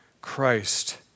Christ